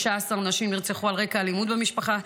16 נשים נרצחו על רקע אלימות במשפחה,